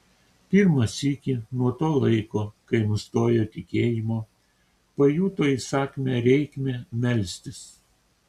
pirmą sykį nuo to laiko kai nustojo tikėjimo pajuto įsakmią reikmę melstis